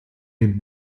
den